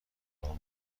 اتاق